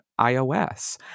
iOS